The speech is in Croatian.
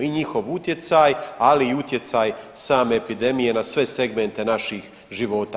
I njihov utjecaj, ali i utjecaj same epidemije na sve segmente naših života.